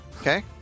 Okay